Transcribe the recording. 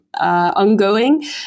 ongoing